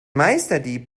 meisterdieb